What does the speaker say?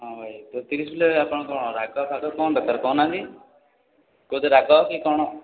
ହଁ ଭାଇ ଆପଣଙ୍କର ରାଗଫାଗ କ'ଣ ଦରକାର କହୁନାହାଁନ୍ତି କେଉଁଥିରେ ରାଗ କି କ'ଣ